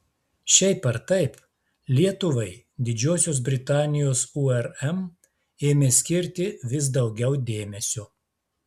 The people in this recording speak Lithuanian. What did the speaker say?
šiaip ar taip lietuvai didžiosios britanijos urm ėmė skirti vis daugiau dėmesio